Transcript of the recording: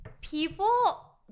people